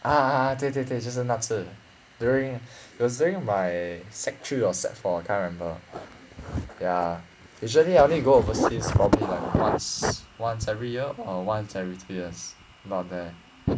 ah ah 对对对就是那次 during it was during my sec three or sec four I can't remember ya usually I only go overseas probably like once once every year or once every three years about there